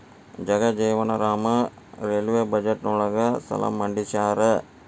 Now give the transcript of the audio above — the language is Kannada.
ಜಗಜೇವನ್ ರಾಮ್ ರೈಲ್ವೇ ಬಜೆಟ್ನ ಯೊಳ ಸಲ ಮಂಡಿಸ್ಯಾರ